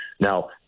Now